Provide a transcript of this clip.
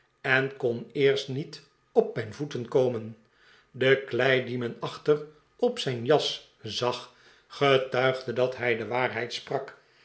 en kon eerst niet op mijn voeten komen de klei die men achter op zijn jas zag getuigde dat hij de waarheid sprak